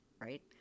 right